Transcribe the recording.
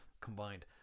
combined